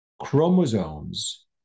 chromosomes